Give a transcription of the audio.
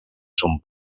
son